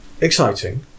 exciting